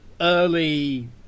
early